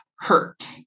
hurt